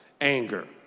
anger